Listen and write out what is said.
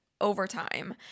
overtime